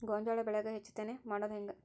ಗೋಂಜಾಳ ಬೆಳ್ಯಾಗ ಹೆಚ್ಚತೆನೆ ಮಾಡುದ ಹೆಂಗ್?